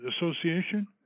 Association